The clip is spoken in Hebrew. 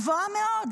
גבוהה מאוד,